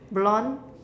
blonde